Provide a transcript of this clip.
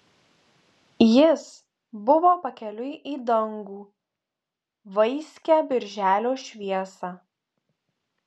jis buvo pakeliui į dangų vaiskią birželio šviesą